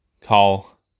call